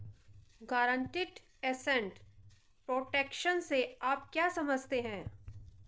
Guaranteed asset protection से आप क्या समझते हैं?